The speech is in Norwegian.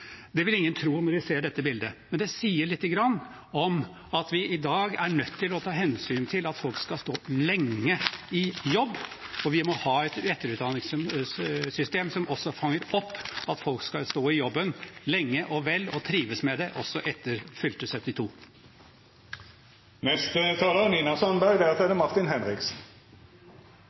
Det vil ingen tro når de ser dette bildet. Men det sier litt om at vi i dag er nødt til å ta hensyn til at folk skal stå lenge i jobb. Vi må ha et etterutdanningssystem som også fanger opp at folk skal stå i jobben lenge og vel og trives med det, også etter fylte